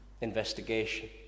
investigation